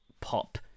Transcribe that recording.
pop